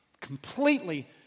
completely